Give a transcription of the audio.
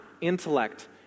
intellect